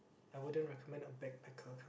I wouldn't recommend a backpacker